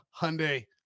Hyundai